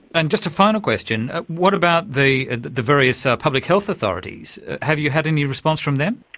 and just a final question what about the the various public health authorities, have you had any response from them?